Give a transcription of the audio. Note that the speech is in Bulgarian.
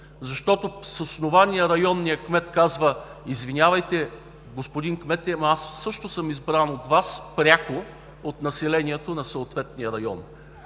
защото с основание районният кмет казва: „Извинявайте, господин кмете, ама аз също съм избран от Вас пряко и от населението на съответния район“.